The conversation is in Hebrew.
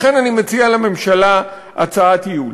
לכן אני מציע לממשלה הצעת ייעול: